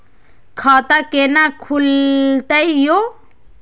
खाता केना खुलतै यो